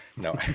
No